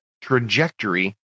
trajectory